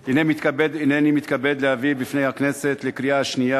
הנני מתכבד להביא בפני הכנסת לקריאה שנייה